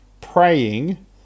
praying